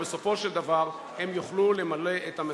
כדי שבסופו של דבר הם יוכלו למלא את המשימה.